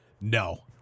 No